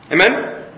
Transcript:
Amen